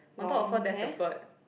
on top of her there's a bird